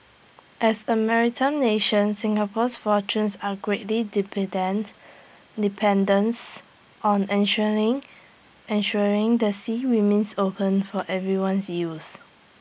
as A maritime nation Singapore's fortunes are greatly dependent dependence on ensuring the sea remains open for everyone's use